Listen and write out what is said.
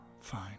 Fine